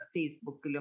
Facebook